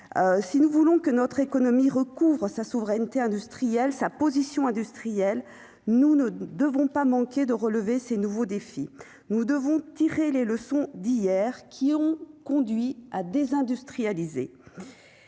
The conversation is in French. si nous voulons que notre économie recouvre sa souveraineté industrielle sa position industrielle, nous ne devons pas manqué de relever ces nouveaux défis, nous devons tirer les leçons d'hier qui ont conduit à désindustrialiser